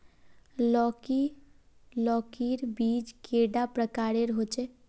लौकी लौकीर बीज कैडा प्रकारेर होचे?